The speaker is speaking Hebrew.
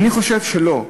אני חושב שלא.